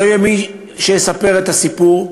שלא יהיה מי שיספר את הסיפור,